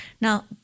now